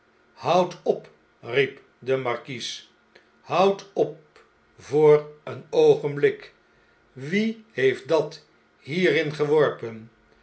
houd op riep de markies houd op voor een oogenblik wie heeft dat hierin geworpen